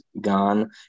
gone